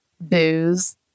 booze